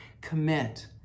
Commit